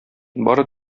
бары